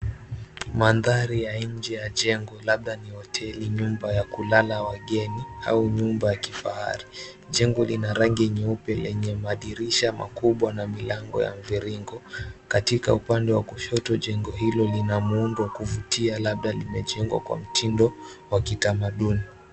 Mandhari ya nje ya jengo labda ni nyumba ya kulala wageni au jumba la kifahari. Jengo lina rangi nyeupe lenye madirisha makubwa na milango ya mviringo. Katika upande wa kushoto, jengo hilo lina muundo wa kuvutia labda limejengwa kwa mtindo wa kitamaduni.